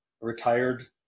retired